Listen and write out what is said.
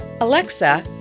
Alexa